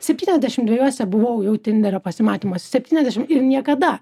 septyniasdešim dviejuose buvau jau tinderio pasimatymuos septyniasdešim ir niekada